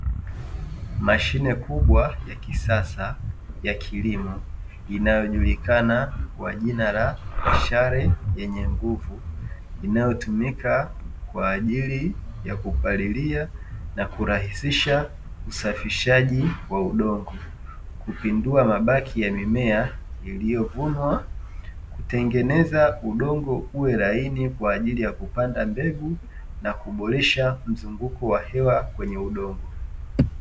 Mashine kubwa ya kisasa ya kilimo, inayojulikana kwa jina la "Mishale yenye nguvu"; inayotumika kwa ajili ya kupalilia na kurahisisha usafishaji wa udongo, kupindua mabaki ya mimea iliyovunwa, kutengeneza udongo uwe laini; kwa ajili ya kupanda mbegu na kuboresha mzunguko wa hewa kwenye udongo.